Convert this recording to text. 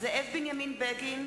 זאב בנימין בגין,